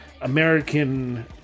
American